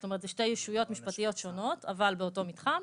זאת אומרת זה שתי ישויות משפטיות שונות אבל באותו מתחם,